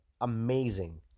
Amazing